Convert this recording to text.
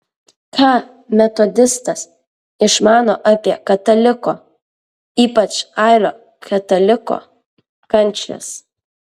ką metodistas išmano apie kataliko ypač airio kataliko kančias